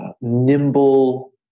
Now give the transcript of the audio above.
nimble